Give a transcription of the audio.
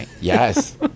Yes